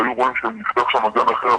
והיו רואים שנפתח שם גן אחר,